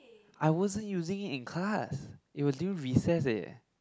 I wasn't using it in class it was during recess leh